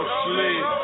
sleep